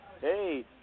hey